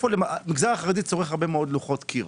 המגזר החרדי צורך הרבה מאוד לוחות קיר.